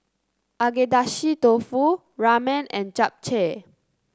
Agedashi Dofu Ramen and Japchae